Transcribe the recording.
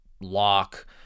lock